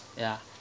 ya